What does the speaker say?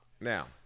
Now